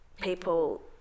people